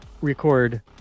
record